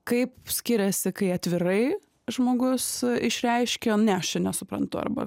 kaip skiriasi kai atvirai žmogus išreiškia ne aš čia nesuprantu arba